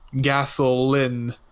gasoline